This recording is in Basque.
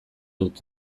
dut